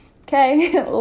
Okay